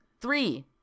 Three